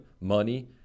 money